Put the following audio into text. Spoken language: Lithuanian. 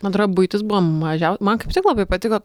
man atrodo buitis buvo mažiau man kaip tik labai patiko